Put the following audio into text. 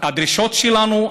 הדרישות שלנו.